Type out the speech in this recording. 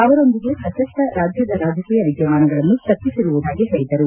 ಅವರೊಂದಿಗೆ ಪ್ರಸಕ್ತ ರಾಜ್ಯದ ರಾಜಕೀಯ ವಿದ್ಯಮಾನಗಳನ್ನು ಚರ್ಚೆ ಮಾಡಿರುವುದಾಗಿ ಹೇಳಿದರು